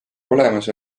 olemas